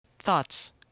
Thoughts